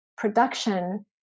production